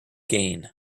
gain